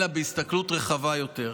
אלא בהסתכלות רחבה יותר.